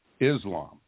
Islam